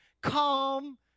calm